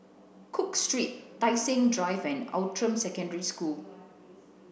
cook Street Tai Seng Drive and Outram Secondary School